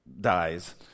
dies